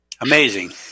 Amazing